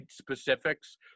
specifics